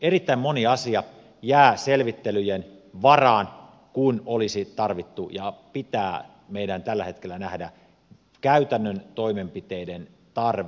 erittäin moni asia jää selvittelyjen varaan kun olisi tarvittu ja kun meidän pitää tällä hetkellä nähdä käytännön toimenpiteiden tarve nopea tarve